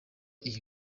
iyi